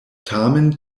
tamen